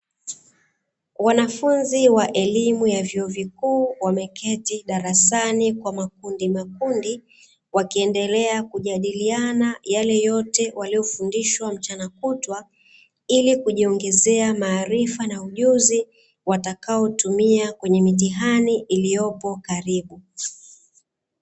Wanafunzi wa vyuo vya elimu ya chuo kikuu wameketi darasani kwa vikundi vikundi, wakiendelea kujadiliana mambo waliofundishwa mchana kutwa ili kujiendelezea maarifa na ujuzi watakaoutumia katika mitihani ya hapo karibu.